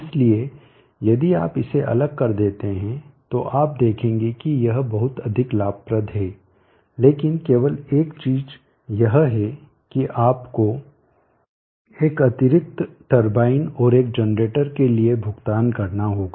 इसलिए यदि आप इसे अलग कर देते हैं तो आप देखेंगे कि यह बहुत अधिक लाभप्रद है लेकिन केवल एक चीज यह है कि आपको एक अतिरिक्त टरबाइन और एक जनरेटर के लिए भुगतान करना होगा